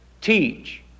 teach